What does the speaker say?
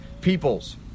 peoples